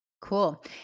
Cool